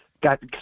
Got